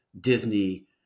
Disney